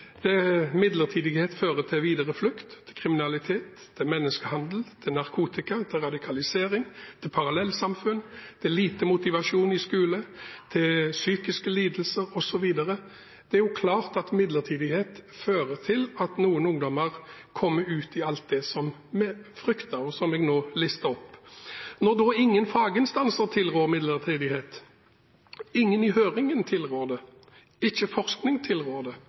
der midlertidighet fører til videre flukt, til kriminalitet, til menneskehandel, til narkotika, til radikalisering, til parallellsamfunn, til lite motivasjon for skole, til psykiske lidelser, osv. Det er klart at midlertidighet fører til at noen ungdommer kommer ut i alt det som vi frykter, og som jeg nå listet opp. Når ingen faginstanser tilrår midlertidighet, når ingen i høringen tilrår det, når forskning ikke